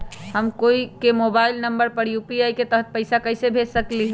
हम कोई के मोबाइल नंबर पर यू.पी.आई के तहत पईसा कईसे भेज सकली ह?